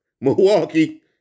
Milwaukee